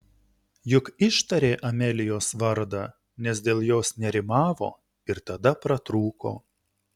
juk ištarė amelijos vardą nes dėl jos nerimavo ir tada pratrūko